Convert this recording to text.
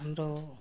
हाम्रो